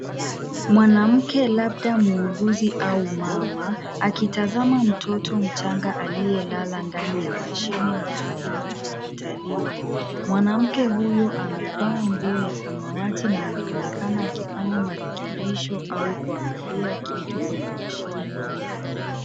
Mwanamke labda muuguzi au mama, akitazama mtoto mchanga aliyelala ndani ya mashine maalum hospitalini. Mwanamke huyu amevaa nguo ya samawati na anaonekana akifanya marekebisho au kuangalia kitu kwenye mashine hio.